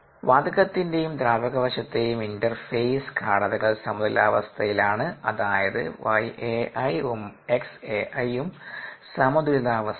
വാതകത്തിന്റെയും ദ്രാവകവശത്തെയും ഇന്റർഫെയിസ് ഗാഢതകൾ സമതുലിതാവസ്ഥയിലാണ് അതായത് 𝑦𝐴𝑖 ഉം xAi ഉം സമതുലിതാവസ്ഥയിലാണ്